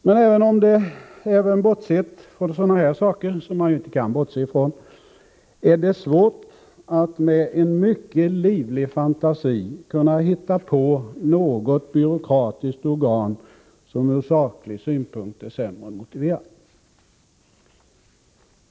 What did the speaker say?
Men även bortsett från sådana saker — som man ju inte kan bortse från — är det svårt att även med mycket livlig fantasi hitta på något byråkratiskt organ som från saklig synpunkt är sämre motiverat.